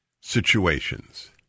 situations